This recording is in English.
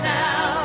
now